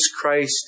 Christ